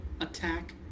attack